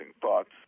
thoughts